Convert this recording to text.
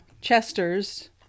Chester's